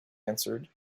answered